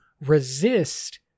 resist